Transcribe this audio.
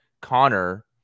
Connor